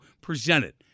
presented